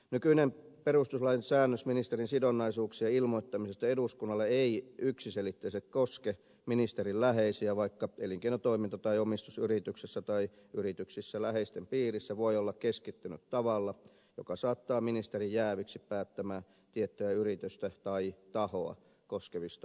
nykyinen perustuslain säännös ministerin sidonnaisuuksien ilmoittamisesta eduskunnalle ei yksiselitteisesti koske ministerin läheisiä vaikka elinkeinotoiminta tai omistus yrityksessä tai yrityksissä läheisten piirissä voi olla keskittynyt tavalla joka saattaa ministerin jääviksi päättämään tiettyä yritystä tai tahoa koskevista asioista